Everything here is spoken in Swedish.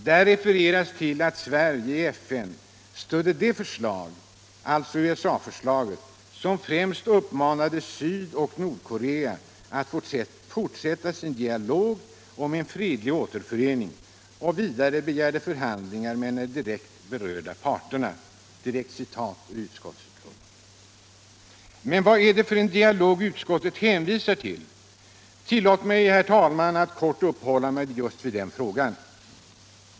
Där refereras — jag citerar direkt ur utskottsbetänkandet — till att Sverige i FN stödde det förslag, alltså USA-förslaget, som ”främst uppmanade Sydoch Nordkorea att fortsätta sin dialog om en fredlig återförening och vidare begärde förhandlingar mellan alla de direkt berörda parterna”. Men vad är det för en dialog utskottet hänvisar till? Tillåt mig, herr talman, att helt kort uppehålla mig vid just den frågan.